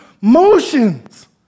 motions